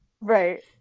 right